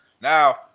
Now